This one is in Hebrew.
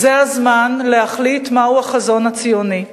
זה הזמן להחליט מהו החזון הציוני,